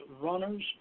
runners